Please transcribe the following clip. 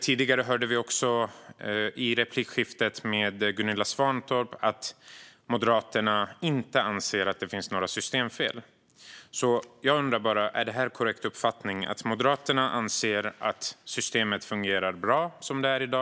Vi hörde i replikskiftet med Gunilla Svantorp att Moderaterna inte anser att det finns några systemfel. Är det korrekt uppfattat att Moderaterna anser att systemet fungerar bra som det är i dag?